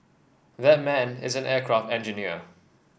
that man is an aircraft engineer